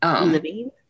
Living